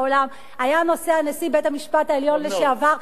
היה נוסע נשיא בית-המשפט העליון לשעבר,